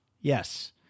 Yes